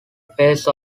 face